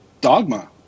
dogma